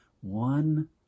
one